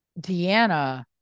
Deanna